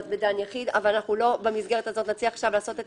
בעבירת יחיד אבל אנחנו לא במסגרת הזו נציע לעשות את